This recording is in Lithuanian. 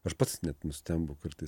aš pats net nustembu kartais